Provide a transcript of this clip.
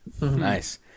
Nice